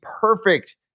perfect